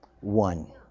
One